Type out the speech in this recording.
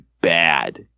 bad